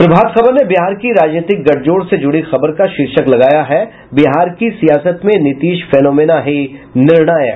प्रभात खबर ने बिहार की राजनीतिक गठजोड़ से जुड़ी खबर का शीर्षक लगाया है बिहार की सियासत में नीतीश फेनोमेना ही निर्णायक